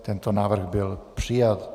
Tento návrh byl přijat.